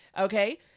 Okay